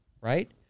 right